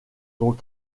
dont